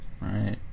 Right